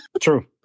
True